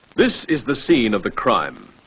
this is the scene of the crime,